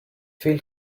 feel